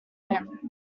him